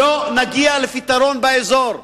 לא נגיע לפתרון באזור.